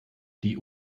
die